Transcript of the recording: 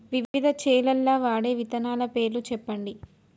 వివిధ చేలల్ల వాడే విత్తనాల పేర్లు చెప్పండి?